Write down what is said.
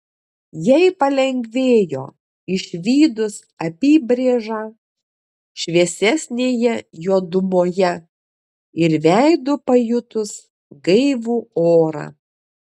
jai palengvėjo išvydus apybrėžą šviesesnėje juodumoje ir veidu pajutus gaivų orą